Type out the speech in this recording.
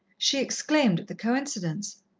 she exclaimed at the coincidence.